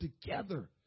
together